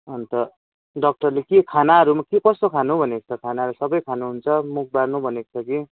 अन्त डाक्टरले के खानाहरूमा के कस्तो खानु भनेको छ खानाहरू सबै खानु हुन्छ मुख बार्नु भनेको छ कि